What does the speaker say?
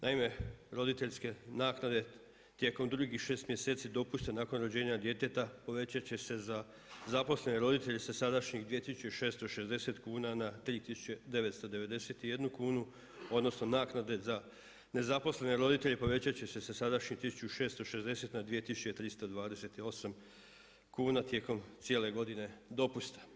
Naime, roditeljske naknade tijekom drugih 6 mjeseci dopuste nakon rođenja djeteta, povećat će se za zaposlene roditelje sa sadašnjih 2660 kuna na 3991 kunu, odnosno naknade za nezaposlene roditelje povećat će se sa sadašnjih 1660 na 2328 kuna tijekom cijele godine dopusta.